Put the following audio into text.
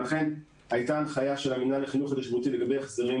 ולכן הייתה הנחיה של המנהל לחינוך התיישבותי לגבי החזרים